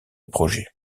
projet